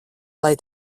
lai